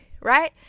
right